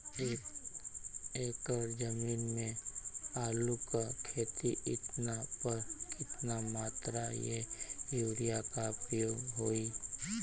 एक एकड़ जमीन में आलू क खेती कइला पर कितना मात्रा में यूरिया क प्रयोग होई?